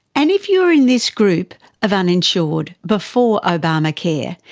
and if you were in this group of uninsured before obamacare,